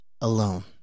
alone